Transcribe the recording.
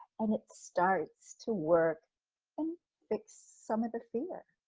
and it starts to work and fix some of the fear.